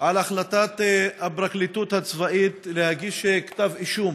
על החלטת הפרקליטות הצבאית להגיש כתב אישום